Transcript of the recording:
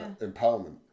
empowerment